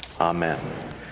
Amen